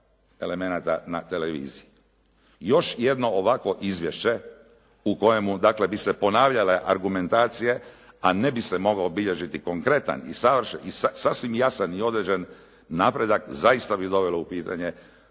elemenata na televiziji. Još jedno ovakvo izvješće u kojemu dakle bi se ponavljale argumentacije, a ne bi se mogao bilježiti konkretan i sasvim jasan i određen napredak, zaista bi dovelo u pitanje